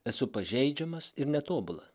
esu pažeidžiamas ir netobula